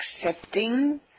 accepting